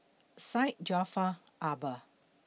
Syed Jaafar Albar